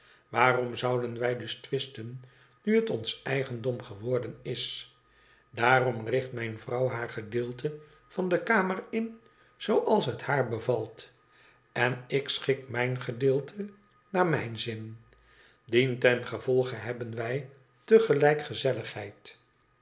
waarom zouden wij dus twisten nu het ons eigendom geworden is daarom richt mijne vrouw haar gedeelte van de kamer in zooals het haar bevalt en ik schik mijn gedeelte naar mijn xin dientengevolge hebben wij te gelijk gezelligheid